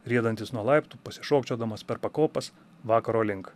riedantis nuo laiptų pasišokčiodamas per pakopas vakaro link